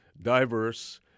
diverse